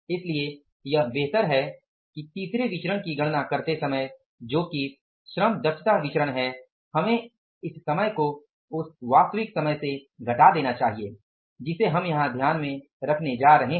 इसलिए यह बेहतर है कि तीसरे विचरण की गणना करते समय जो कि श्रम दक्षता विचरण है हमें इस समय को उस वास्तविक समय से घटा देना चाहिए जिसे हम यहां ध्यान में रखने जा रहे हैं